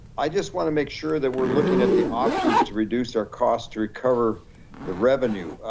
i just wanna make sure that we're looking at the options to reduce our cost to recover the revenue.